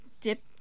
dip